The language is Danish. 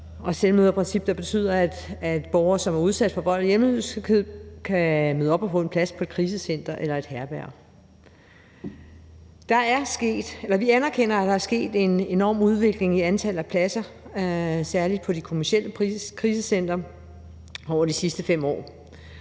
Selvmøderprincippet betyder, at borgere, som er udsat for vold og hjemløshed, kan møde op og få en plads et krisecenter eller et herberg. Vi anerkender, at der er sket en enorm udvikling i antallet af pladser, særlig på de kommercielle krisecentre, over de sidste 5 år.